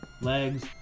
legs